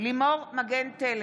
לימור מגן תלם,